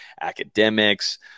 academics